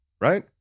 right